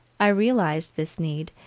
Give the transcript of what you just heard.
i realized this need,